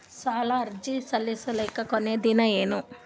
ಸಾಲ ಅರ್ಜಿ ಸಲ್ಲಿಸಲಿಕ ಕೊನಿ ದಿನಾಂಕ ಏನು?